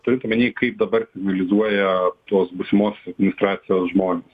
turint omeny kaip dabar signalizuoja tos būsimos administracijos žmonės